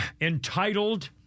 entitled